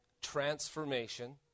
transformation